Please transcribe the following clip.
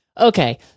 Okay